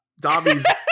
Dobby's